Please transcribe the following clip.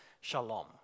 shalom